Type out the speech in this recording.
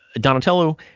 Donatello